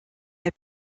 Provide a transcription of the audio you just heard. elle